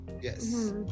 Yes